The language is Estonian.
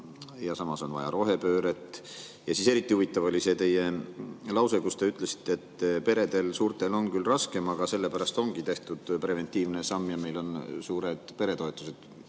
ja samas on vaja rohepööret –, siis eriti huvitav oli see teie lause, kus te ütlesite, et suurtel peredel on küll raskem, aga sellepärast ongi tehtud preventiivne samm ja meil on suured peretoetused,